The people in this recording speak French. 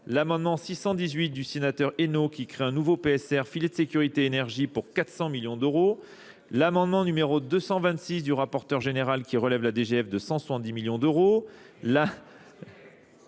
l'amendement 618 du sénateur HENO qui crée un nouveau PSR filet de sécurité énergie pour 400 millions d'euros, l'amendement numéro 226 du rapporteur général qui relève la DGF de 170 millions d'euros,